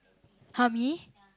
!huh! me